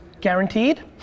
guaranteed